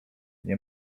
nie